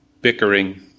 bickering